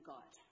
God